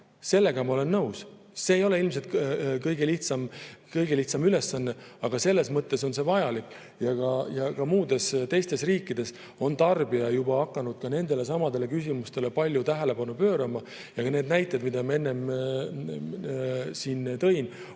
Sellega ma olen nõus, et see ei ole ilmselt kõige lihtsam ülesanne, aga selles mõttes on see vajalik. Ka teistes riikides on tarbija juba hakanud nendelesamadele küsimustele palju tähelepanu pöörama. Need näited, mida ma enne tõin,